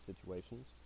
situations